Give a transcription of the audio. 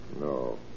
No